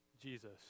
Jesus